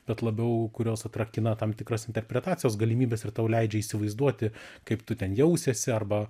bet labiau kurios atrakina tam tikras interpretacijos galimybes ir tau leidžia įsivaizduoti kaip tu ten jausiesi arba